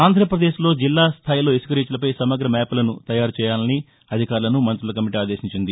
ఆంధ్రప్రదేశ్ లో జిల్లా స్థాయిలో ఇసుక రీచ్లపై సమగ్ర మ్యాప్లను తయారు చేయాలని అధికారులను మంత్రుల కమిటీ ఆదేశించింది